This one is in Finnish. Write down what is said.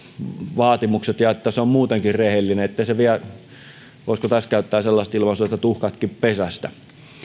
vaatimukset ja että hän on muutenkin rehellinen ettei hän vie voisiko tässä käyttää sellaista ilmaisua tuhkatkin pesästä